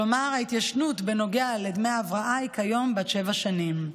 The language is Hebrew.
כלומר ההתיישנות בנוגע לדמי הבראה היא כיום בת שבע שנים.